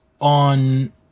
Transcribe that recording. on